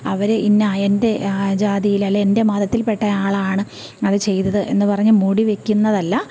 അവര് ഇന്ന എൻ്റെ ആ ജാതിയില് അല്ലെ എൻ്റെ മതത്തിൽപ്പെട്ട ആളാണ് അത് ചെയ്തത് എന്ന് പറഞ്ഞു മൂടി വെക്കുന്നതല്ല